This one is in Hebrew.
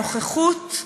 הנוכחות,